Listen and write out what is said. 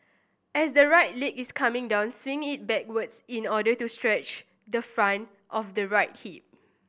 as the right leg is coming down swing it backwards in order to stretch the front of the right hip